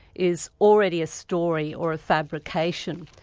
is already a story or a fabrication.